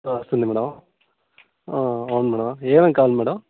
వస్తుంది మేడమ్ అవును మేడమ్ ఏమేమి కావాలి మేడమ్